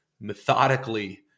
methodically